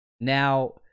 Now